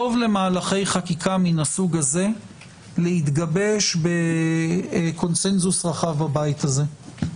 טוב למהלכי חקיקה מהסוג הזה להתגבש בקונצנזוס רחב בבית הזה,